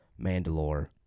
Mandalore